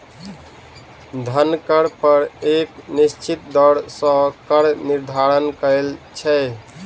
धन कर पर एक निश्चित दर सॅ कर निर्धारण कयल छै